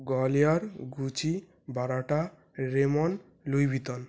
Gwalior Gucci বারাটা Raymond Louis Vuitton